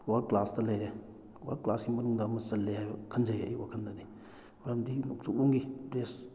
world ꯀ꯭ꯂꯥꯁꯇ ꯂꯩꯔꯦ ꯋꯥꯔꯜ ꯀ꯭ꯂꯥꯁꯀꯤ ꯃꯅꯨꯡꯗ ꯑꯃ ꯆꯜꯂꯦ ꯍꯥꯏꯕ ꯈꯟꯖꯩ ꯑꯩꯒꯤ ꯋꯥꯈꯜꯗꯗꯤ ꯃꯔꯝꯗꯤ ꯅꯣꯡꯆꯨꯞꯂꯣꯝꯒꯤ ꯗ꯭ꯔꯦꯁ